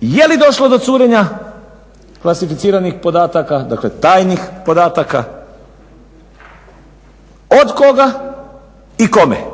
je li došlo do curenja klasificiranih podataka, dakle tajnih podataka, od koga i kome.